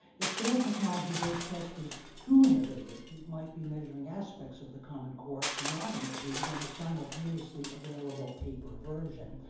if their technology-based test is too innovative, it might be measuring aspects of the common core not included on the simultaneously available paper version,